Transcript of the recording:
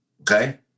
okay